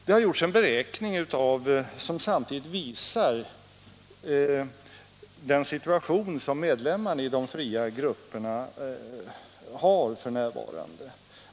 Det har gjorts en beräkning som visar den situation som medlemmarna i de fria grupperna har f. n.